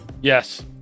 Yes